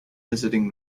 visiting